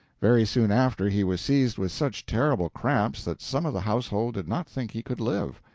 very soon after he was seized with such terrible cramps that some of the household did not think he could live.